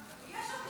הכואבות, מגיעה הנהגה